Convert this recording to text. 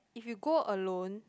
if you go alone